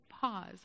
pause